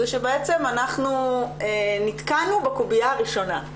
זה שבעצם אנחנו נתקענו בקובייה הראשונה,